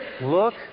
look